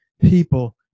people